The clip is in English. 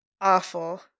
Awful